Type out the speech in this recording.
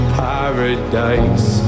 paradise